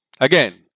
Again